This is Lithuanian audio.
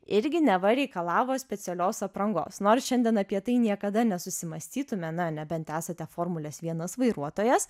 irgi neva reikalavo specialios aprangos nors šiandien apie tai niekada nesusimąstytume na nebent esate formulės vienas vairuotojas